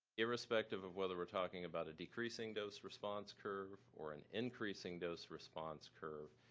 irrespective of whether we're talking about a decreasing dose response curve or an increasing dose response curve,